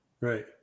Right